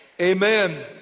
Amen